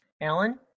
Alan